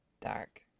dark